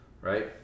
right